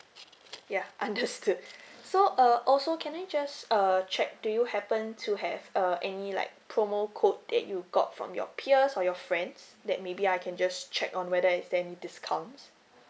yeah understood so uh also can I just err check do you happen to have uh any like promo code that you got from your peers or your friends that maybe I can just check on whether is there any discounts